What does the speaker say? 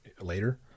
later